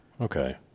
Okay